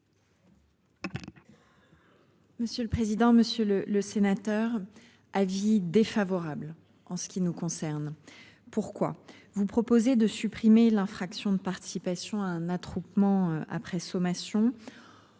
Monsieur le président, Monsieur le le sénateur. Avis défavorable. En ce qui nous concerne, pourquoi vous proposez de supprimer l'infraction de participation à un attroupement après sommation.